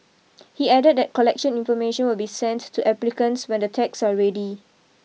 he added that collection information will be sent to applicants when the tags are ready